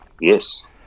Yes